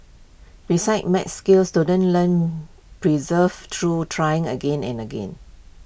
besides maths skills students learn preserve through trying again and again